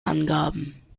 angaben